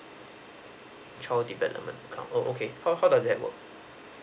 child development account oh okay how how does that work